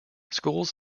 schools